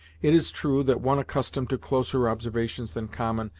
it is true that one accustomed to closer observations than common,